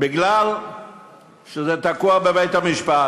בגלל שזה תקוע בבית-המשפט.